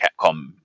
Capcom